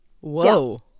Whoa